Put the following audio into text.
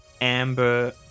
amber